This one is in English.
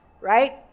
right